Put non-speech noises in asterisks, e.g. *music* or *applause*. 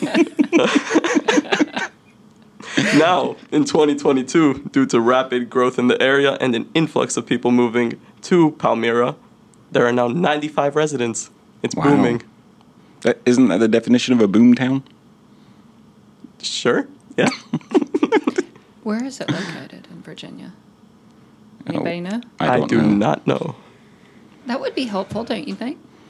*laughs* *laughs* Now, in 2022, due to rapid growth in the area and an influx of people moving to Palmyra, there are now 95 residents. It's Wow. booming. Uh, isn't that the definition of a boom town? Sure. Yeah. *laughs* *laughs* Where is it located in Virginia? Anybody Oh, know? I I don't do know. not know. That would be helpful, don't you think?